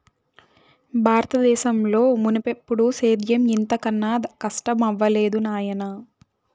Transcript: బారత దేశంలో మున్నెప్పుడూ సేద్యం ఇంత కనా కస్టమవ్వలేదు నాయనా